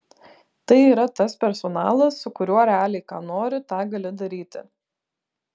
tai yra tas personalas su kuriuo realiai ką nori tą gali daryti